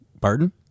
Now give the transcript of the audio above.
Pardon